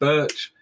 Birch